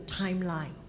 timeline